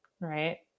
right